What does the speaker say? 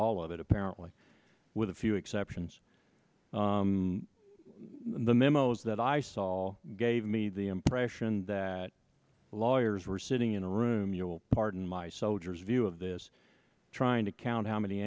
all of it apparently with a few exceptions the memos that i saw all gave me the impression that lawyers were sitting in a room you will pardon my soldier's view of this trying to count how many